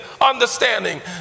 understanding